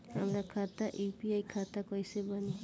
हमार खाता यू.पी.आई खाता कइसे बनी?